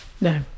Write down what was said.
no